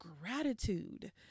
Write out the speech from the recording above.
gratitude